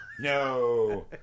No